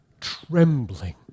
trembling